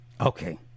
Okay